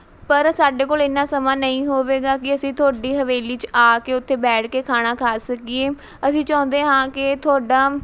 ਪਰ ਸਾਡੇ ਕੋਲ ਇੰਨਾ ਸਮਾਂ ਨਹੀਂ ਹੋਵੇਗਾ ਕਿ ਅਸੀਂ ਤੁਹਾਡੀ ਹਵੇਲੀ 'ਚ ਆ ਕੇ ਉੱਥੇ ਬੈਠ ਕੇ ਖਾਣਾ ਖਾ ਸਕੀਏ ਅਸੀਂ ਚਾਹੁੰਦੇ ਹਾਂ ਕਿ ਤੁਹਾਡਾ